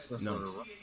No